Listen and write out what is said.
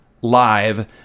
live